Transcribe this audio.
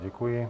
Děkuji.